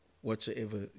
whatsoever